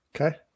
Okay